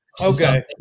Okay